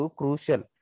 crucial